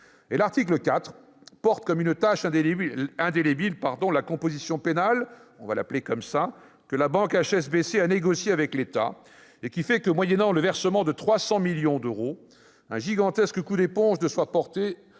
L'article 4 porte comme une tache indélébile la composition pénale- appelons-la ainsi -que la banque HSBC a négocié avec l'État et qui fait que, moyennant le versement de 300 millions d'euros, un gigantesque coup d'éponge est porté